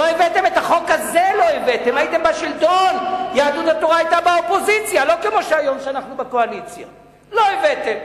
הייתם בשלטון ואת החוק הזה לא הבאתם.